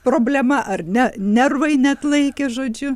problema ar ne nervai neatlaikė žodžiu